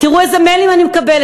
תראו איזה מיילים אני מקבלת,